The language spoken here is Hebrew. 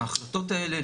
ההחלטות האלה,